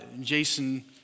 Jason